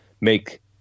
make